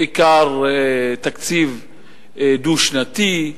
בעיקר תקציב דו-שנתי.